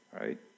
right